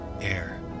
air